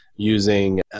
using